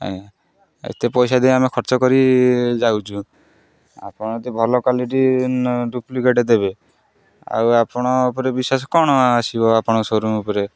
ଆଜ୍ଞା ଏତେ ପଇସା ଦେଇ ଆମେ ଖର୍ଚ୍ଚ କରି ଯାଉଛୁ ଆପଣ ତ ଭଲ କ୍ୱାଲିଟି ଡୁପ୍ଲିକେଟ୍ ଦେବେ ଆଉ ଆପଣଙ୍କ ଉପରେ ବିଶ୍ୱାସ କ'ଣ ଆସିବ ଆପଣଙ୍କ ସୋରୁମ୍ ଉପରେ